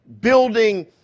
building